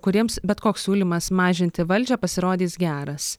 kuriems bet koks siūlymas mažinti valdžią pasirodys geras